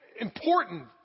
important